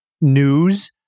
news